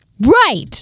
Right